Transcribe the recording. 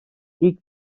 ilk